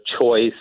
choice